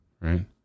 right